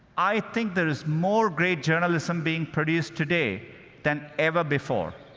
i think there is more great journalism being produced today than ever before.